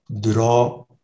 draw